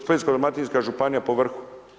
Splitsko-dalmatinska županija pri vrhu.